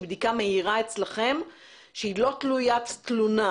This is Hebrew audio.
בדיקה מהירה אצלכם שהיא לא תלוית תלונה.